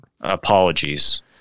Apologies